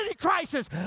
crisis